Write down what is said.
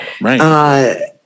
Right